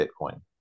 Bitcoin